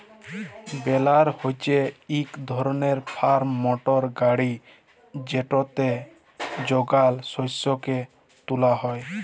বেলার হছে ইক ধরলের ফার্ম মটর গাড়ি যেটতে যগাল শস্যকে তুলা হ্যয়